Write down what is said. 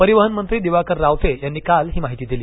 परिवहनमंत्री दिवाकर रावते यांनी काल ही माहिती दिली